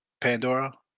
Pandora